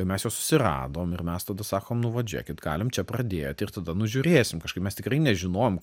mes juos susiradom ir mes tada sakom nu vat žiūrėkit galim čia pradėti ir tada nu žiūrėsim kažkaip mes tikrai nežinojom